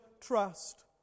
trust